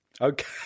Okay